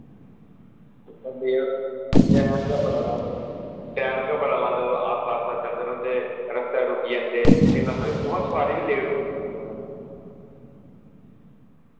time गै बड़ा लांदे टैम गै बड़ा लांदे तुस आस्ता आस्ता चलदे रौंह्दे रस्तै रुकी जंदे इन्ना थोह्ड़ी दिक्खोआं सोआरी बी लेट होआ दी होंदी कुतै